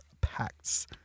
pacts